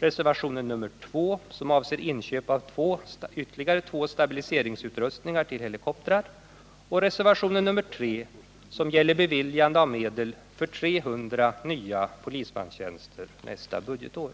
reservation nr 2, som avser inköp av ytterligare två stabiliseringsutrustningar till helikoptrar, och reservation nr 3, som gäller beviljande av medel för 300 nya polismanstjänster nästa budgetår.